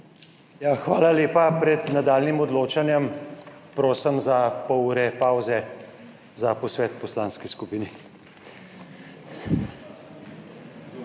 Hvala lepa. Pred nadaljnjim odločanjem prosim za pol ure pavze za posvet v poslanski skupini.